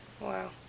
Wow